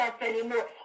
anymore